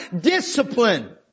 discipline